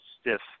stiff